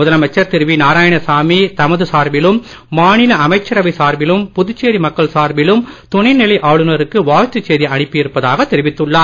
முதலமைச்சர் திரு வி நாராயணசாமி தமது சார்பிலும் மாநில அமைச்சரவை சார்பிலும் புதுச்சேரி மக்கள் சார்பிலும் துணை நிலை ஆளுநருக்கு வாழ்த்துச் செய்தி அனுப்பி இருப்பதாக தெரிவித்துள்ளார்